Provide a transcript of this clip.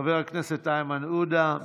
חבר הכנסת איימן עודה,